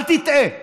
אל תטעה,